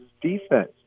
defense